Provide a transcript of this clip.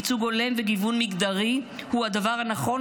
ייצוג הולם וגיוון מגדרי הוא הדבר הנכון